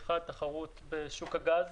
האחד הוא תחרות בשוק הגז